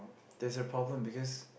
there's a problem because